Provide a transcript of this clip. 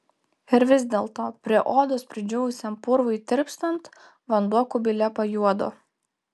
ir vis dėlto prie odos pridžiūvusiam purvui tirpstant vanduo kubile pajuodo